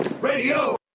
Radio